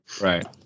right